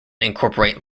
incorporate